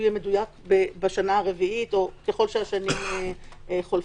יהיה מדויק בשנה הרביעית או ככל שהשנים חולפות.